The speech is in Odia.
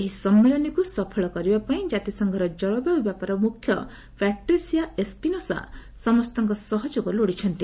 ଏହି ସମ୍ମିଳନୀକୁ ସଫଳ କରିବା ପାଇଁ ଜାତିସଂଘର ଜଳବାୟୁ ବ୍ୟାପାର ମୁଖ୍ୟ ପ୍ୟାଟ୍ରିସିଆ ଏସପି ନୋସା ସମସ୍ତଙ୍କ ସହଯୋଗ ଲୋଡିଛନ୍ତି